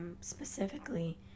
Specifically